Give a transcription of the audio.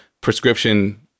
prescription